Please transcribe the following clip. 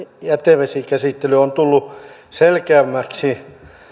jätevesikäsittely on tullut selkeämmäksi